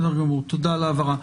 תודה על ההבהרה.